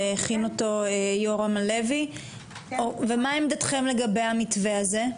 שהכין אותו יורם הלוי ומה עמדתכם לגבי המתווה הזה?